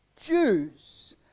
Jews